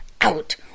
out